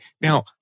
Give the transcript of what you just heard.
Now